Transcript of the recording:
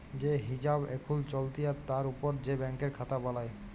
যে হিছাব এখুল চলতি তার উপর যে ব্যাংকের খাতা বালাই